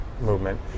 movement